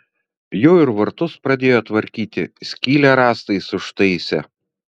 jau ir vartus pradėjo tvarkyti skylę rąstais užtaisė